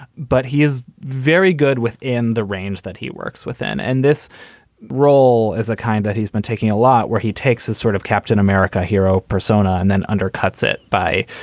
but he is very good within the range that he works within. and this role as a kind that he's been taking a lot where he takes his sort of captain america hero persona and then undercuts it by,